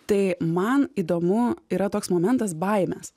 tai man įdomu yra toks momentas baimės